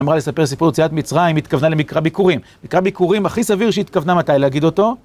אמרה לספר סיפורי יציאת מצרים, היא התכוונה למקרא ביכורים. מקרא ביכורים, הכי סביר שהתכוונה מתי להגיד אותו?